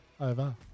Over